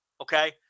okay